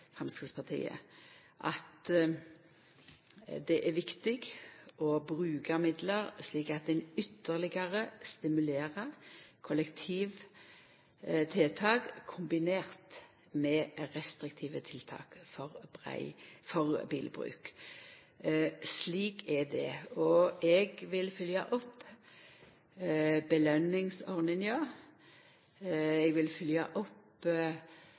Framstegspartiet – om at det er viktig å bruka midlar slik at ein ytterlegare stimulerer kollektivtiltak, kombinert med restriktive tiltak for bilbruk. Slik er det. Eg vil følgja opp belønningsordninga. Eg vil følgja opp